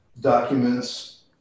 documents